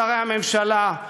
שרי הממשלה,